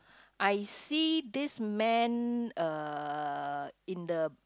I see this man uh in the